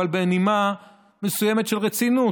אבל בנימה מסוימת של רצינות,